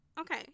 okay